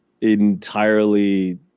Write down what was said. entirely